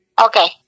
Okay